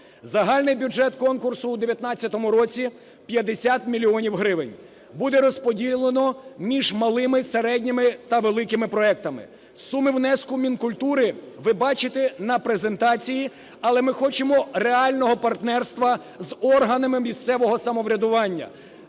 Загальний бюджет конкурсу в 19-му році 50 мільйонів гривень буде розподілено між малими, середніми та великими проектами. Суми внеску Мінкультури ви бачите на презентації. Але ми хочемо реального партнерства з органами місцевого самоврядування,